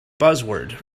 buzzword